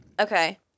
Okay